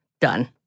Done